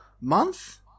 Month